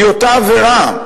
היא אותה עבירה.